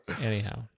Anyhow